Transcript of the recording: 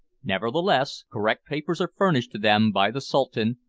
nevertheless, correct papers are furnished to them by the sultan,